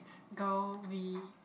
girl we